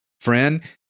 Friend